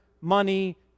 money